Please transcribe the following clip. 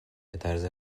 بطرز